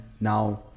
now